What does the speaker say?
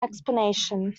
explanation